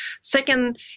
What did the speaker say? second